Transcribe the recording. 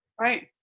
Right